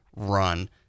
run